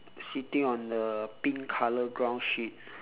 sitting on a pink colour ground sheet